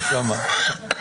אוסאמה,